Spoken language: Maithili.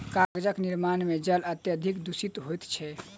कागजक निर्माण मे जल अत्यधिक दुषित होइत छै